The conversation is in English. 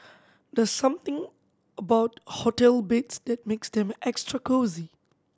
the something about hotel beds that makes them extra cosy